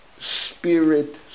spirit